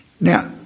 Now